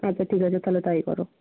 আচ্ছা ঠিক আছে তাহলে তাই করো